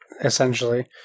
essentially